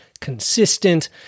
consistent